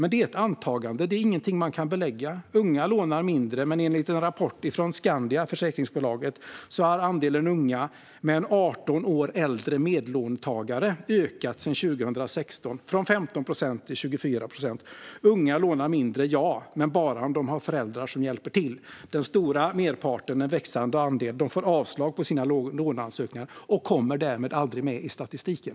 Men det är ett antagande och ingenting man kan belägga. Unga lånar mindre, men enligt en rapport från försäkringsbolaget Skandia har andelen unga med en 18 år äldre medlåntagare ökat sedan 2016 från 15 procent till 24 procent. Unga lånar mindre, ja, men bara om de har föräldrar som hjälper till. Merparten, en växande andel, får avslag på sina låneansökningar och kommer därmed aldrig med i statistiken.